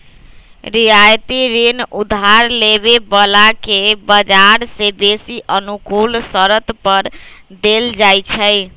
रियायती ऋण उधार लेबे बला के बजार से बेशी अनुकूल शरत पर देल जाइ छइ